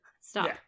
Stop